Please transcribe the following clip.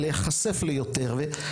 ולהיחשף ליותר,